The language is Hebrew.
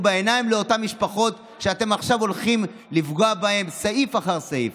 בעיניים לאותן משפחות שאתם עכשיו הולכים לפגוע בהן סעיף אחר סעיף.